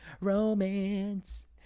romance